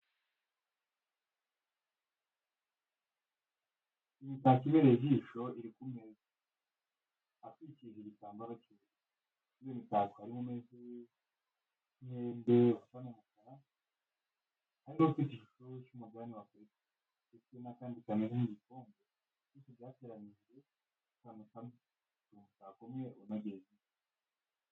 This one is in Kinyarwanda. Imitako ibereye ijisho iri ku meza atwikirijwe igitambaro cy'ubururu, muri iyo mitako harimo umeze n'ihembe usa n'umukara, hari n'ufite ishusho y'umugabane w'Afurika ndetse n'akandi kameze nk'igikombe byose byateranyirijwe ku kantu kamwe bikora umutako umwe unogeye ijisho.